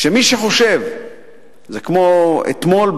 שמי שחושב כמו אתמול,